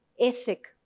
ethic